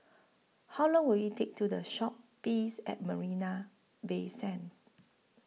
How Long Will IT Take to Walk to The Shoppes At Marina Bay Sands